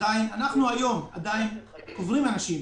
אנחנו עדין קוברים אנשים